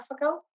ago